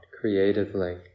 creatively